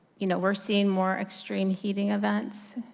you know are seeing more extreme heating events,